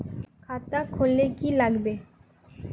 खाता खोल ले की लागबे?